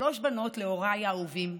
שלוש בנות להוריי האהובים,